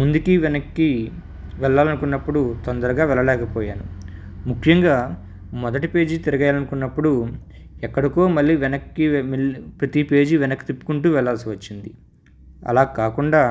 ముందుకి వెనక్కి వెళ్ళాలి అనుకున్నప్పుడు తొందరగా వెళ్ళలేకపోయాను ముఖ్యంగా మొదటి పేజీ తిరగెయ్యాలనుకున్నప్పుడు ఎక్కడికో మళ్ళీ వెనక్కు ప్రతీ పేజీ వెనక్కు తిప్పుకుంటూ వెళ్ళాల్సి వచ్చింది అలా కాకుండా